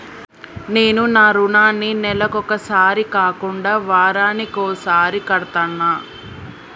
నేను నా రుణాన్ని నెలకొకసారి కాకుండా వారానికోసారి కడ్తన్నా